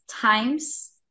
times